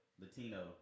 Latino